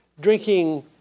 drinking